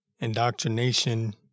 indoctrination